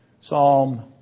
Psalm